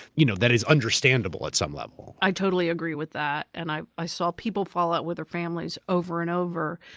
you know that is understandable at some level. i totally agree with that, and i i saw people fall out with their families over and over.